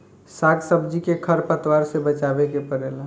साग सब्जी के खर पतवार से बचावे के पड़ेला